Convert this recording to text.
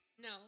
No